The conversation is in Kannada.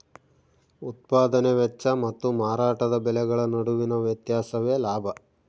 ಉತ್ಪದಾನೆ ವೆಚ್ಚ ಮತ್ತು ಮಾರಾಟದ ಬೆಲೆಗಳ ನಡುವಿನ ವ್ಯತ್ಯಾಸವೇ ಲಾಭ